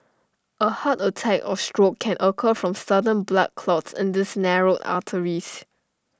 A heart attack or stroke can occur from sudden blood clots in these narrowed arteries